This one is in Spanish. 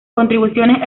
contribuciones